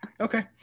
Okay